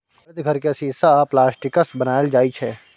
हरित घर केँ शीशा आ प्लास्टिकसँ बनाएल जाइ छै